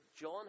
John